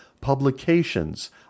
publications